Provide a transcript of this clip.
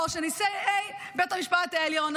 ולכלול בו שנשיאי בית המשפט העליון,